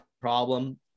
problem